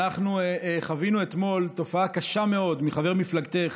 אנחנו חווינו אתמול תופעה קשה מאוד מחבר מפלגתך,